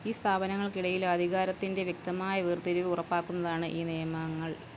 ഈ സ്ഥാപനങ്ങൾക്കിടയിലും അധികാരത്തിന്റെ വ്യക്തമായ വേർതിരിവ് ഉറപ്പാക്കുന്നതാണ് ഈ നിയമങ്ങൾ